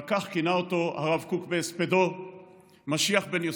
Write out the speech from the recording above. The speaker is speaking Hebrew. ועל כך כינה אותו הרב קוק בהספדו משיח בן יוסף,